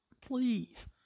Please